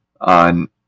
on